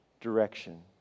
direction